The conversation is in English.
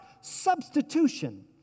substitution